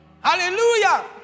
Hallelujah